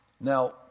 Now